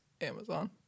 amazon